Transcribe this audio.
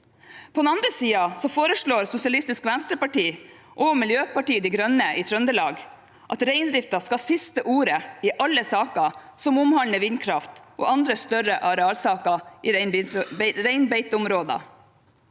På den andre siden foreslår Sosialistisk Venstreparti og Miljøpartiet De Grønne i Trøndelag at reindriften skal ha siste ordet i alle saker som omhandler vindkraft og andre større arealsaker i reinbeiteområder.